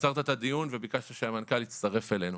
עצרת את הדיון וביקשת שהמנכ"ל יצטרף אלינו.